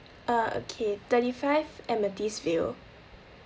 uh K thirty five amethyst view